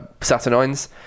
saturnines